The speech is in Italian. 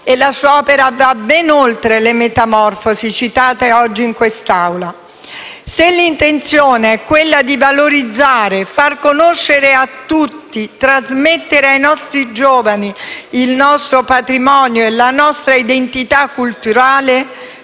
La sua opera va ben oltre le Metamorfosi citate oggi in Assemblea. Se l'intenzione è valorizzare, far conoscere a tutti e trasmettere ai giovani il nostro patrimonio e la nostra identità culturale,